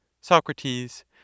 Socrates